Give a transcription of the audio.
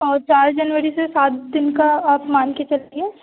और चार जनवरी से सात दिन का आप मान के चलिए